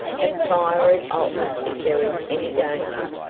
and fire it off if there is any danger,